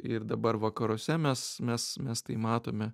ir dabar vakaruose mes mes mes tai matome